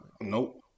nope